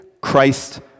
Christ